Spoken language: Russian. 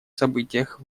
событиях